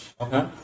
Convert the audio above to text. Okay